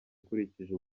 ukurikije